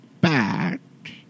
back